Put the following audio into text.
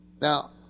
Now